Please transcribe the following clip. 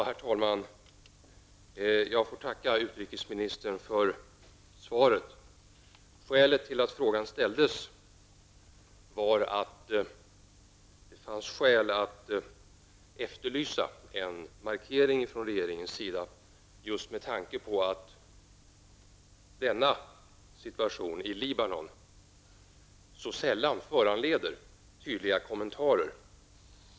Herr talman! Jag får tacka utrikesministern för svaret. Orsaken till att jag ställde frågan var att det fanns skäl att efterlysa en markering från regeringen just med tanke på att situationen i Libanon så sällan föranleder tydliga kommentarer.